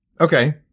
Okay